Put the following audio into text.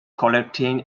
collecting